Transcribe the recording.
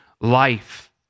life